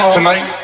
Tonight